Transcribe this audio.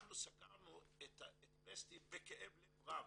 אנחנו סגרנו את וסטי בכאב לב רב,